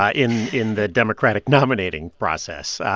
ah in in the democratic nominating process.